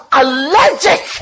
allergic